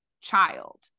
child